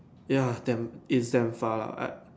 ya damn is damn far lah I